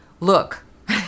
look